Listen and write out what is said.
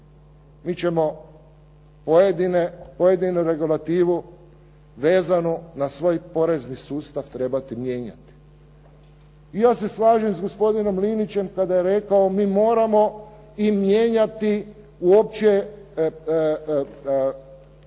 mi ćemo pojedinu regulativu vezanu na svoj porezni sustav trebati mijenjati. I ja se slažem sa gospodinom Linićem kada je rekao mi moramo i mijenjati uopće